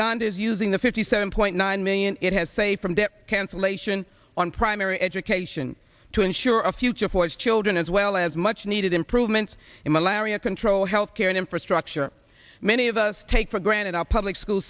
is using the fifty seven point nine million it has say from debt cancellation on primary education to ensure a future for children as well as much needed improvements in malaria control health care and infrastructure many of us take for granted our public school